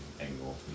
angle